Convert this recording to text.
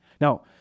Now